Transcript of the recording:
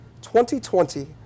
2020